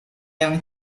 yang